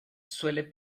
suele